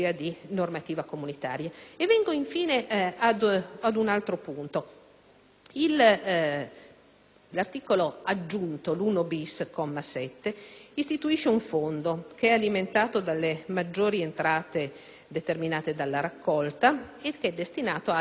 L'articolo aggiuntivo 1-*bis*, al comma 7, istituisce un fondo che è alimentato dalle maggiori entrate determinate dalla raccolta e che è destinato alle esigenze finanziarie relative alle attività istitutive di CONI e di UNIRE.